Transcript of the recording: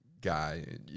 guy